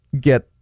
get